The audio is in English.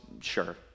Sure